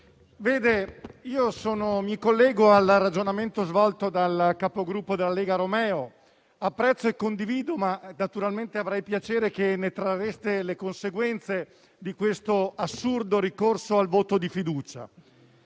Presidente, mi collego al ragionamento svolto dal capogruppo della Lega Romeo, che apprezzo e condivido; naturalmente avrei piacere che ne traeste anche le conseguenze da questo assurdo ricorso al voto di fiducia.